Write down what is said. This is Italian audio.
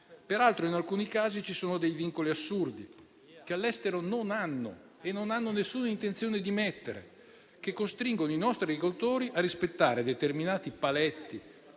Peraltro, in alcuni casi ci sono dei vincoli assurdi che all'estero non hanno e non hanno alcuna intenzione di mettere, che costringono i nostri agricoltori a rispettare determinati paletti